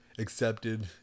accepted